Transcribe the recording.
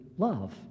love